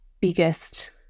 biggest